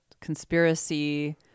conspiracy